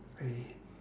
really